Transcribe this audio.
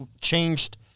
changed